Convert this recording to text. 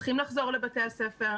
צריכים לחזור לבתי הספר,